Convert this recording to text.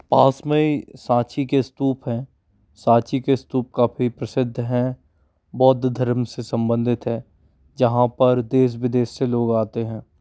पास में ही साँची के स्तूप हैं साँची के स्तूप काफ़ी प्रसिद्ध हैं बौद्ध धर्म से सम्बंधित है जहाँ पर देश विदेश से लोग आते हैं